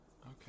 Okay